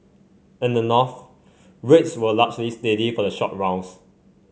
in the North rates were largely steady for the short rounds